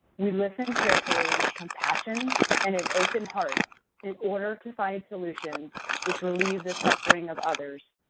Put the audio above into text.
we listen carefully with compassion and an open heart in order to find solutions which relieve the suffering of others.